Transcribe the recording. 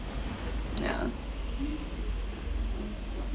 yeah